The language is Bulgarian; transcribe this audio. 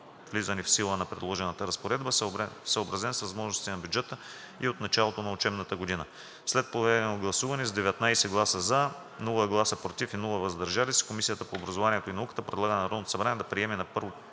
влизането в сила на предложената разпоредба, съобразен с възможностите на бюджета, и от началото на учебната година. След проведено гласуване с 19 гласа „за“, без „против“ и „въздържал се“ Комисията по образованието и науката предлага на Народното събрание да приеме на първо